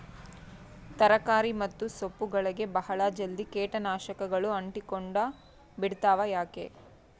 ತರಕಾರಿ ಮತ್ತು ಸೊಪ್ಪುಗಳಗೆ ಬಹಳ ಜಲ್ದಿ ಕೇಟ ನಾಶಕಗಳು ಅಂಟಿಕೊಂಡ ಬಿಡ್ತವಾ ಯಾಕೆ?